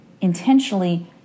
intentionally